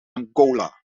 angola